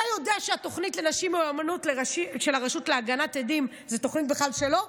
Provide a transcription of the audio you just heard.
אתה יודע שהתוכנית של הרשות להגנת עדים זו בכלל תוכנית שלו?